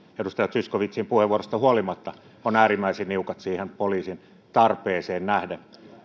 edustaja zyskowiczin puheenvuorosta huolimatta ovat äärimmäisen niukat siihen poliisin tarpeeseen nähden